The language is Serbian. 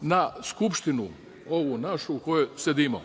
na Skupštinu ovu našu u kojoj sedimo.